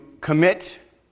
commit